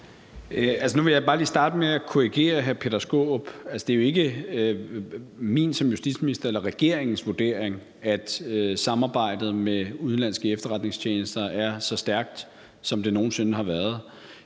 Nu vil jeg bare lige starte med at korrigere hr. Peter Skaarup. Altså, det er jo ikke min vurdering som justitsminister eller regeringens vurdering, at samarbejdet med udenlandske efterretningstjenester er så stærkt, som det nogen sinde har været.